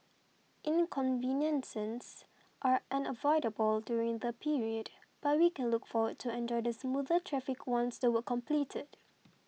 inconveniences are unavoidable during the period but we can look forward to enjoy the smoother traffic once the work completed